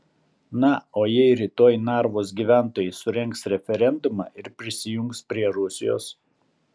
na o jei rytoj narvos gyventojai surengs referendumą ir prisijungs prie rusijos